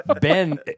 ben